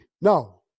No